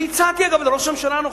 אני הצעתי, אגב, לראש הממשלה הנוכחי,